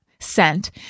scent